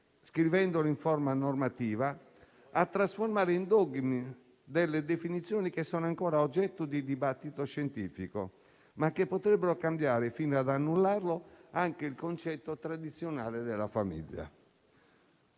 scrivendole in forma normativa, a trasformare in dogmi delle definizioni che sono ancora oggetto di dibattito scientifico, ma che potrebbero cambiare, fino ad annullarlo, anche il concetto tradizionale della famiglia.